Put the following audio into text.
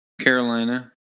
Carolina